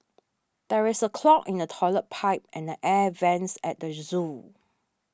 there is a clog in the Toilet Pipe and the Air Vents at the zoo